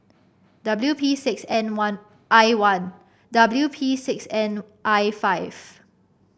W P six N one I one W P six N I five